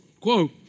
Quote